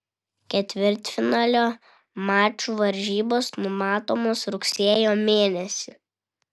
ketvirtfinalio mačų varžybos numatomos rugsėjo mėnesį